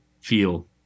feel